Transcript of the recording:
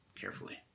carefully